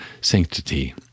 sanctity